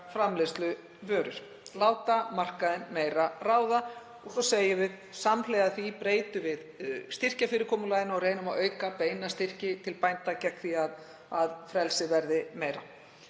framleiðsluvörur, láta markaðinn meira ráða. Svo segjum við: Samhliða því breytum við styrkjafyrirkomulaginu og reynum að auka beina styrki til bænda gegn því að frelsið verði meira.